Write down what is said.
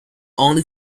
only